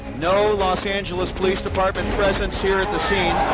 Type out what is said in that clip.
no los angeles police department presence here at the scene.